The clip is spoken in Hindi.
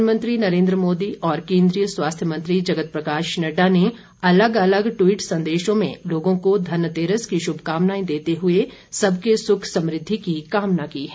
प्रधानमंत्री नरेन्द्र मोदी और केंद्रीय स्वास्थ्य मंत्री जगत प्रकाश नड्डा ने अलग अलग ट्वीट संदेशों में लोगों को धनतेरस की शुभकामनाएं देते हुए सबके सुख समृद्धि की कामना की है